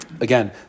Again